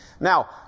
Now